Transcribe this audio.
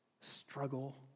struggle